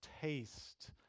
taste